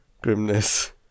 grimness